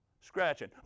scratching